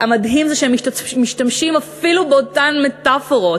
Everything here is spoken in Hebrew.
המדהים זה שהם משתמשים אפילו באותן מטפורות: